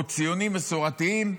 או ציונים מסורתיים,